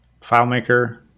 FileMaker